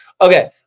Okay